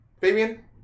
Fabian